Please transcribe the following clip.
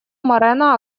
морено